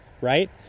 right